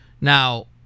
Now